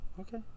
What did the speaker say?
Okay